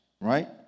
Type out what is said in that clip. right